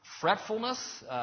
Fretfulness